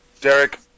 Derek